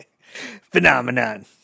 Phenomenon